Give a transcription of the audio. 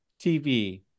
TV